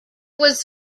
was